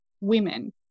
women